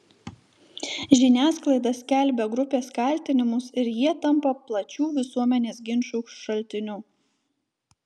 žiniasklaida skelbia grupės kaltinimus ir jie tampa plačių visuomenės ginčų šaltiniu